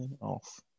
off